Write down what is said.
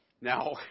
Now